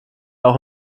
auch